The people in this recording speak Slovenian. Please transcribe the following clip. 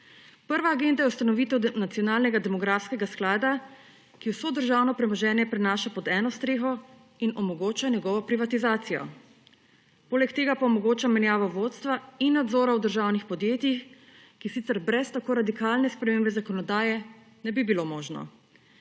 Prva agenda je ustanovitev Nacionalnega demografskega sklada, ki vso državno premoženje prenaša pod eno streho in omogoča njegovo privatizacijo. Poleg tega pa omogoča menjavo vodstva in nadzora v državnih podjetjih, ki sicer brez tako radikalne spremembe zakonodaje ne bi bilo možno.